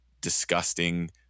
disgusting